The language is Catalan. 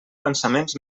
pensaments